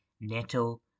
Neto